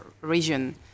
region